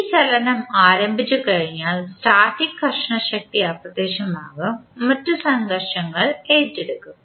ഈ ചലനം ആരംഭിച്ചുകഴിഞ്ഞാൽ സ്റ്റാറ്റിക് ഘർഷണശക്തി അപ്രത്യക്ഷമാകും മറ്റ് സംഘർഷങ്ങൾ ഏറ്റെടുക്കും